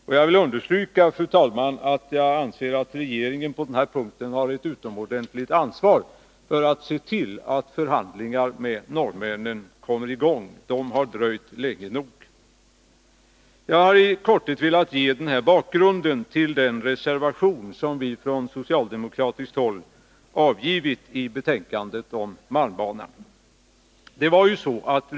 Och jag vill, fru talman, understryka att jag anser att regeringen på denna punkt har ett utomordentligt ansvar för att se till att förhandlingar med norrmännen kommer i gång. De har dröjt länge nog. Jag har i all korthet velat ge den här bakgrunden till den reservation som vi från socialdemokratiskt håll har avgivit i betänkandet om bidrag till vissa transporter på malmbanan.